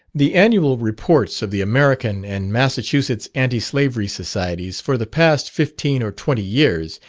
the annual reports of the american and massachusetts anti-slavery societies for the past fifteen or twenty years,